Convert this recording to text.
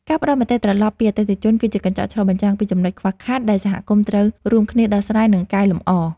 ការផ្ដល់មតិត្រឡប់ពីអតិថិជន គឺជាកញ្ចក់ឆ្លុះបញ្ចាំងពីចំណុចខ្វះខាតដែលសហគមន៍ត្រូវរួមគ្នាដោះស្រាយ និងកែលម្អ។